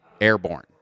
airborne